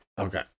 Okay